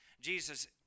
Jesus